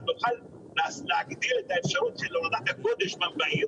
אז נוכל להגדיל את האפשרות של הורדת הגודש בעיר